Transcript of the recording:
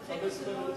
יש לך עשר דקות.